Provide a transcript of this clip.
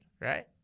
right